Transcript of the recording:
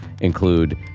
include